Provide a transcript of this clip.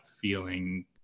feeling